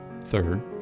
Third